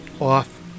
off